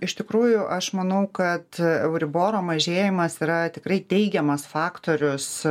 iš tikrųjų aš manau kad euriboro mažėjimas yra tikrai teigiamas faktorius